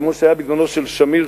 כמו שהיה בזמנו של שמיר,